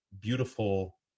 beautiful